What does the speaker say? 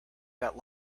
that